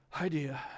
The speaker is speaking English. idea